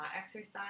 exercise